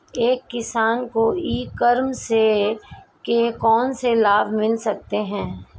एक किसान को ई कॉमर्स के कौनसे लाभ मिल सकते हैं?